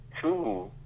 Two